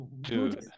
Dude